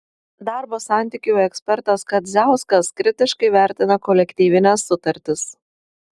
darbo santykių ekspertas kadziauskas kritiškai vertina kolektyvines sutartis